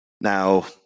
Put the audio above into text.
Now